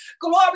glory